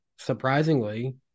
surprisingly